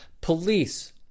Police